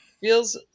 Feels